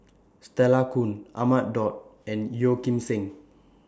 Stella Kon Ahmad Daud and Yeo Kim Seng